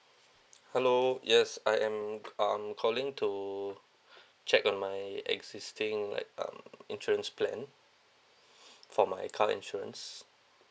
hello yes I am I'm calling to check on my existing like um insurance plan for my car insurance